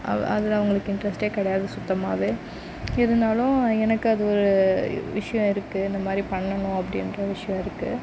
அ அது அவங்களுக்கு இன்ட்ரெஸ்ட்டே கிடையாது சுத்தமாகவே இருந்தாலும் எனக்கு அது ஒரு விஷயம் இருக்கு இந்த மாரி பண்ணணும் அப்படின்ற விஷயம் இருக்கு